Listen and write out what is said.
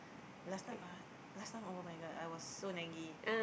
last time uh last time [oh]-my-god I was so naggy